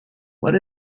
what